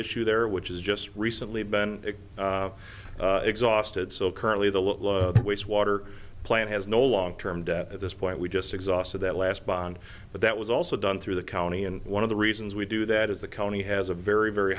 issue there which is just recently been exhausted so currently the waste water plant has no long term debt at this point we just exhausted that last bond but that was also done through the county and one of the reasons we do that is the county has a very very